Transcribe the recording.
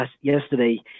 Yesterday